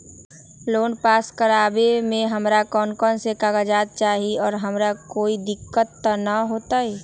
Loan pass करवावे में हमरा कौन कौन कागजात चाही और हमरा कोई दिक्कत त ना होतई?